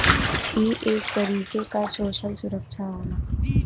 ई एक तरीके क सोसल सुरक्षा होला